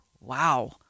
wow